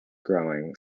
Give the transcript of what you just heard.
growing